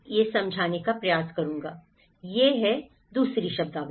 यह 2 शब्दावली